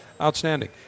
Outstanding